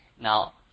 Now